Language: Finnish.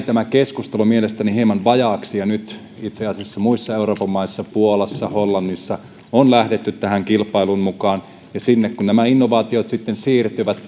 tämä keskustelu jäi mielestäni hieman vajaaksi ja nyt itse asiassa muissa euroopan maissa puolassa hollannissa on lähdetty tähän kilpailuun mukaan ja sinne kun nämä innovaatiot sitten siirtyvät